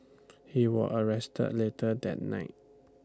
he was arrested later that night